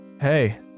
Hey